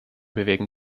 bewegen